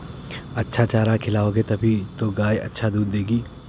अच्छा चारा खिलाओगे तभी तो गाय अच्छा दूध देगी